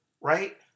right